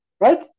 Right